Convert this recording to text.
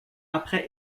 après